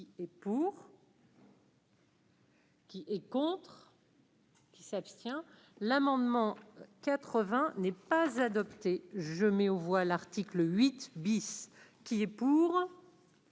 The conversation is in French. qui est pour. Qui est contre. Qui s'abstient l'amendement 80 n'est pas adopté, je mets aux voix, l'article 8 bis. Qui est pour.